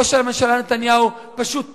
ראש הממשלה נתניהו פשוט פוחד,